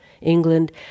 England